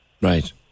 Right